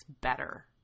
better